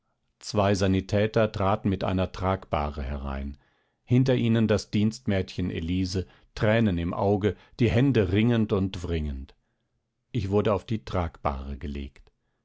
zwei sanitäter traten mit einer tragbahre herein hinter ihnen das dienstmädchen elise tränen im auge die hände ringend und wringend ich wurde auf die tragbahre gelegt